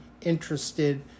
interested